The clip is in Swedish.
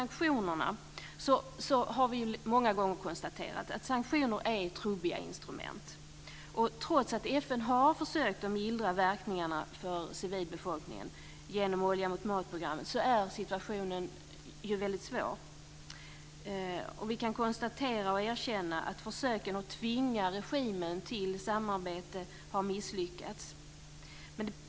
Vi har många gånger konstaterat att sanktioner är trubbiga instrument. Trots att FN har försökt att mildra verkningarna för civilbefolkningen genom olja-förmat-programmet är situationen svår. Vi kan konstatera och erkänna att försöken att tvinga regimen till samarbete har misslyckats.